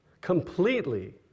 completely